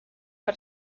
per